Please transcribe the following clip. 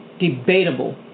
Debatable